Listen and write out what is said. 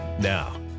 Now